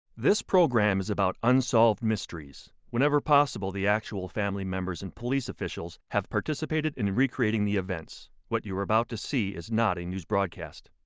this program is about unsolved mysteries. whenever possible, the actual family members and police officials have participated in recreating the events. what you are about to see is not a news broadcast.